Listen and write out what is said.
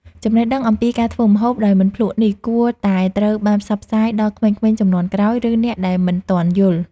ចំណេះដឹងអំពីការធ្វើម្ហូបដោយមិនភ្លក្សនេះគួរតែត្រូវបានផ្សព្វផ្សាយដល់ក្មេងៗជំនាន់ក្រោយ ឬអ្នកដែលមិនទាន់យល់។